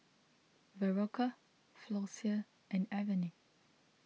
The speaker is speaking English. Berocca Floxia and Avene